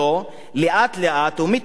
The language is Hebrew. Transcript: ומתנחליהם,